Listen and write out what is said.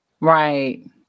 Right